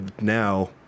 now